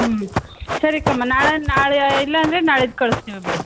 ಹ್ಞೂ ಸರಿ ಕಮ್ಮ ನಾಳೆ ಅನ್ ನಾಳೆ ಇಲ್ಲಾಂದರೆ ನಾಳಿದ್ದು ಕಳ್ಸ್ತೀವಿ ಬಿಡಿ